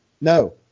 no